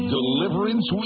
Deliverance